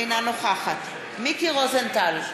אינה נוכחת מיקי רוזנטל,